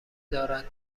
دارد